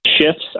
shifts